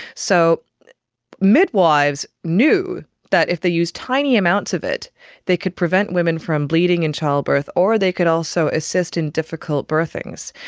so midwives knew that if they used tiny amounts of it they could prevent women from bleeding in childbirth, or they could also assist in difficult birthings.